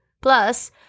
Plus